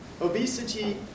Obesity